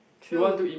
true